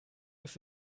ist